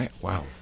Wow